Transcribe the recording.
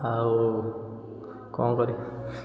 ଆଉ କ'ଣ କରିବି